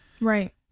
Right